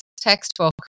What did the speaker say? textbook